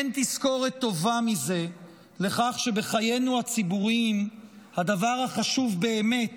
אין תזכורת טובה מזה לכך שבחיינו הציבוריים הדבר החשוב באמת